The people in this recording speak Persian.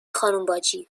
خانمباجی